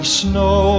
snow